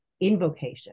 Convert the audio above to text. invocation